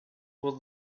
was